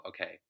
okay